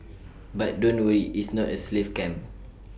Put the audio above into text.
but don't worry its not A slave camp